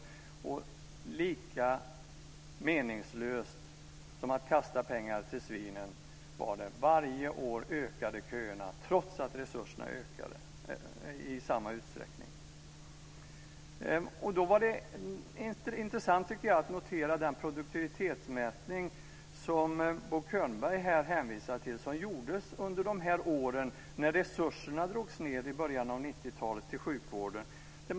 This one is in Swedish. Det var lika meningslöst som att kasta pengar till svinen. Varje år ökade köerna, trots att resurserna ökade i samma utsträckning. Då var det intressant att notera att den produktivitetsmätning som Bo Könberg hänvisade till. Den gjordes under de år då resurserna till sjukvården drogs ned i början av 90-talet.